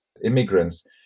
immigrants